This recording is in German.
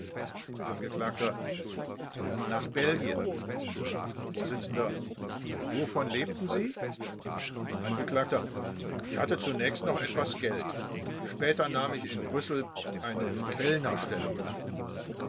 angekl nach belgien vors wovon lebten sie angekl ich hatte zunächst noch etwas geld später nahm ich in brüssel eine kellnerstellung an